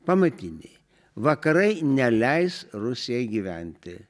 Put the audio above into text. pamatiniai vakarai neleis rusijai gyventi